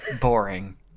boring